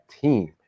team